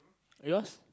yours